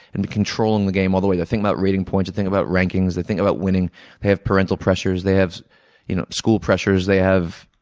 and controlling the game all the way. they think about rating points, they think about rankings, they think about winning. they have parental pressures, they have you know school pressures, they have,